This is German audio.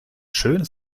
schön